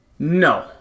No